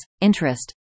interest